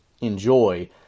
enjoy